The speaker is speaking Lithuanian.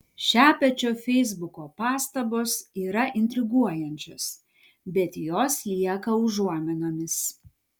šepečio feisbuko pastabos yra intriguojančios bet jos lieka užuominomis